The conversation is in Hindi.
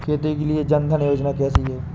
खेती के लिए जन धन योजना कैसी है?